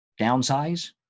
Downsize